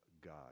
God